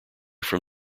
from